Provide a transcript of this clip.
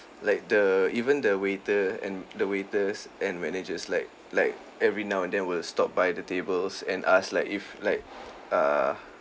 like the even the waiter and the waiters and managers like like every now and then will stop by the tables and ask like if like err